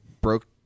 broke